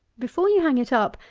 before you hang it up,